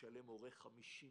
ישלם הורה 50 שקל.